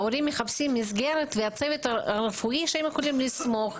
ההורים מחפשים מסגרת וצוות רפואי שעליו הם יכולים לסמוך.